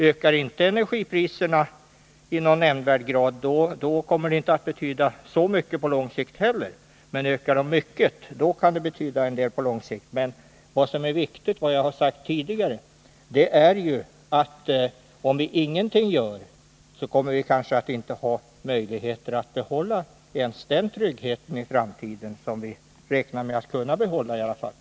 Om de inte ökar i nämndvärd grad kommer basbeloppsändringen inte att betyda så mycket på lång sikt heller, men om de ökar mycket kan den betyda en del på lång sikt. Vad som är viktigt och vad jag sagt tidigare är att om vi ingenting gör nu kommer vi kanske inte att ha möjligheter att behålla ens den trygghet som vi nu räknar med att kunna behålla, i framtiden.